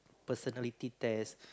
personality test